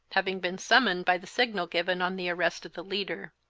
having been summoned by the signal given on the arrest of the leader.